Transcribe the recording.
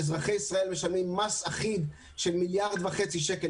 אזרחי ישראל משלמים מס אחיד של מיליארד וחצי שקלים